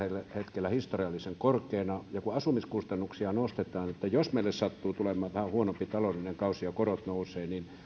hetkellä historiallisen korkeana ja kun asumiskustannuksia nostetaan niin jos meille sattuu tulemaan vähän huonompi taloudellinen kausi ja korot nousevat